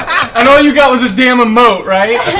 and all you got was a damn emote, right?